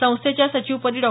संस्थेच्या सचिवपदी डॉ